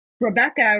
Rebecca